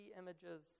images